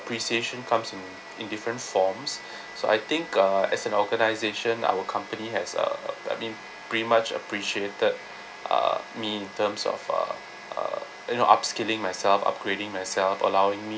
appreciation comes in in different forms so I think uh as an organisation our company has uh I mean pretty much appreciated uh me in terms of uh uh you know upskilling myself upgrading myself allowing me